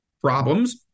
problems